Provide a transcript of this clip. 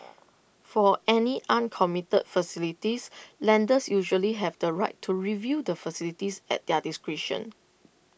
for any uncommitted facilities lenders usually have the right to review the facilities at their discretion